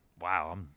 Wow